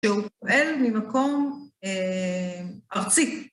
שהוא פועל ממקום ארצי.